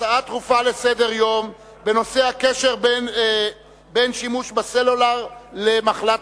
הצעה דחופה לסדר-היום בנושא: הקשר בין שימוש בטלפון סלולרי לסרטן,